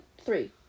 three